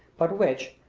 but which,